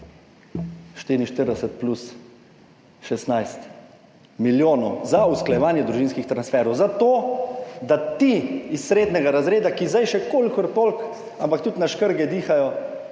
nimamo 44 plus 16 milijonov za usklajevanje družinskih transferjev, zato, da ti iz srednjega razreda, ki zdaj še kolikor toliko, ampak tudi na škrge dihajo,